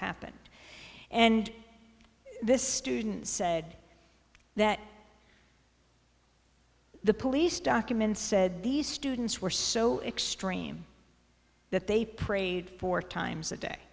happened and this student said that the police documents said these students were so extraordinary that they prayed four times a day